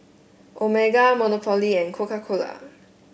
Omega Monopoly and Coca Cola